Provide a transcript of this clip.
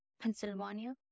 Pennsylvania